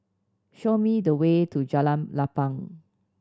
show me the way to Jalan Lapang